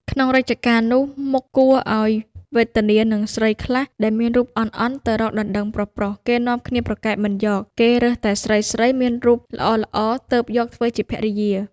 ក្នុងរជ្ជកាលនោះមុខគួរឲ្យវេទនានឹងស្រីខ្លះ ដែលមានរូបអន់ៗទៅរកដណ្តឹងប្រុសៗ គេនាំគ្នាប្រកែកមិនយក គេរើសតែស្រីៗមានរូបល្អៗ ទើបយកធ្វើជាភរិយា។